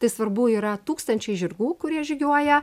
tai svarbu yra tūkstančiai žirgų kurie žygiuoja